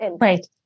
Right